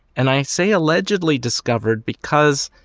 and i say allegedly discovered because.